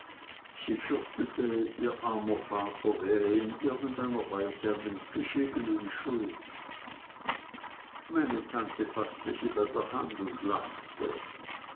sie fürchtete ihr armer vater wäre in irgend einer weise an dem geschehenen schuld meine tante faßte sie bei der hand und lachte